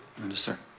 Minister